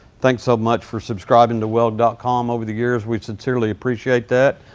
thanks so much for subscribing to weld dot com over the years. we sincerely appreciate that.